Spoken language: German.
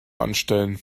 anstellen